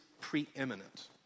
preeminent